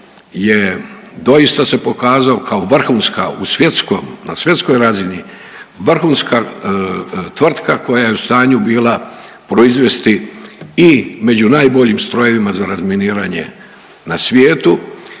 je doista se pokazao kao vrhunska na svjetskoj razini vrhunska tvrtka koja je u stanju bila proizvesti i među najboljim strojevima za razminiranje na svijetu